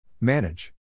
Manage